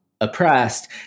oppressed